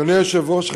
אדוני היושב-ראש,